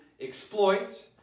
exploit